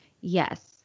Yes